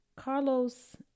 Carlos